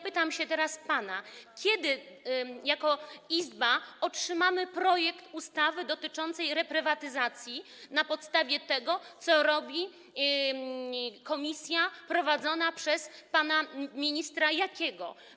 Pytam teraz pana: Kiedy jako Izba otrzymamy projekt ustawy dotyczącej reprywatyzacji, przygotowany na podstawie tego, co robi komisja prowadzona przez pana ministra Jakiego?